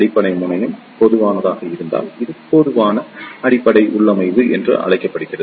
அடிப்படை முனையம் பொதுவானதாக இருந்தால் இது பொதுவான அடிப்படை உள்ளமைவு என அழைக்கப்படுகிறது